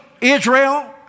Israel